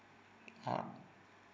(uh huh)